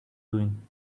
doing